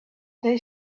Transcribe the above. they